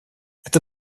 это